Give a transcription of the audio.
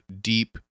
deep